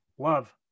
Love